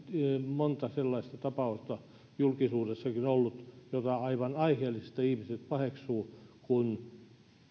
monta sellaista tapausta julkisuudessakin ollut joita aivan aiheellisesti ihmiset paheksuvat että